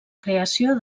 creació